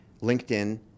LinkedIn